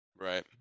Right